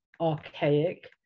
archaic